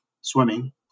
swimming